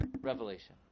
revelation